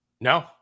No